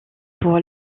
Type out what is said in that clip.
pour